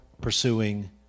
pursuing